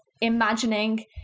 imagining